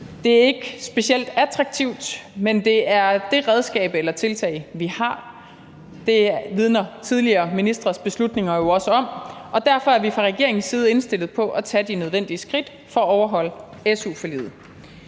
Det er ikke specielt attraktivt, men det er det redskab eller tiltag, vi har. Det vidner tidligere ministres beslutninger jo også om, og derfor er vi fra regeringens side indstillet på at tage de nødvendige skridt for at overholde su-forliget.